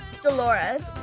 Dolores